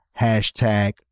hashtag